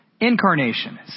Incarnation